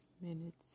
minutes